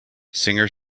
singer